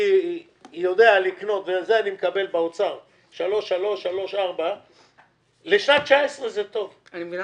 או 3.4 זה טוב לשנת 2019. אני מבינה